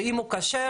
שאם הוא כשר,